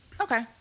Okay